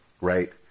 Right